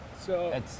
So-